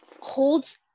holds